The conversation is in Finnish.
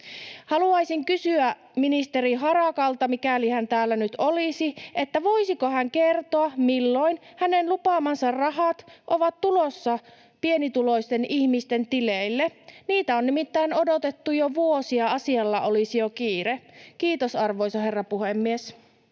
Haluaisin kysyä ministeri Harakalta, mikäli hän täällä nyt olisi, voisiko hän kertoa, milloin hänen lupaamansa rahat ovat tulossa pienituloisten ihmisten tileille. Niitä on nimittäin odotettu jo vuosia. Asialla olisi jo kiire. — Kiitos, arvoisa herra puhemies.